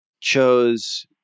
chose